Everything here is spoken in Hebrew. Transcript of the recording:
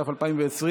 התש"ף 2020,